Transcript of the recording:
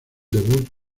debut